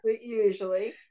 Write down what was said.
Usually